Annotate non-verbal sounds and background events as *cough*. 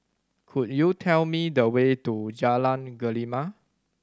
could you tell me the way to Jalan *unintelligible*